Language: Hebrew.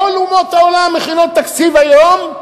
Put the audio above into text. כל אומות העולם מכינות תקציב היום,